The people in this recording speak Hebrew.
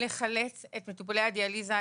לחלץ את מטופלי הדיאליזה.